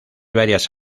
varias